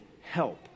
help